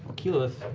keyleth,